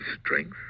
strength